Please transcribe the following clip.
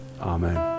Amen